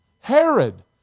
Herod